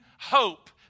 hope